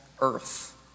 earth